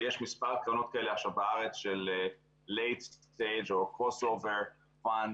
ויש מספר קרנות כאלה עכשיו בארץ של late-stage או Crossover funds.